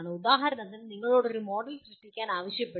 ഉദാഹരണത്തിന് നിങ്ങളോട് ഒരു മോഡൽ സൃഷ്ടിക്കാൻ ആവശ്യപ്പെടുന്നു